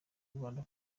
rwanda